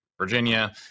Virginia